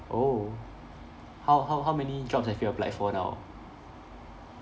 oh how how how many jobs have you applied for now